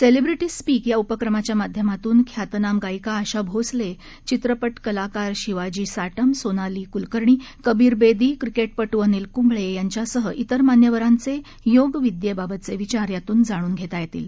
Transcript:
celebrity speak या उपक्रमाच्या माध्यमातून ख्यातनाम गायिका आशा भोसले चित्रपट कलाकार शिवाजी साटम सोनाली कुलकर्णी कबीर बेदी क्रिकेटपटू अनिल कुंबळे यांच्यासह इतर मान्यवरांचे योग विद्येबाबतचे विचार यातून जाणून घेता येतील